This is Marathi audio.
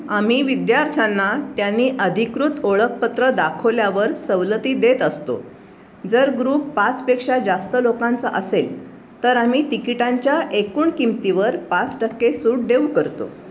आम्ही विद्यार्थ्यांना त्यांनी अधिकृत ओळखपत्र दाखवल्यावर सवलती देत असतो जर ग्रुप पाचपेक्षा जास्त लोकांचा असेल तर आम्ही तिकीटांच्या एकूण किमतीवर पाच टक्के सूट देऊ करतो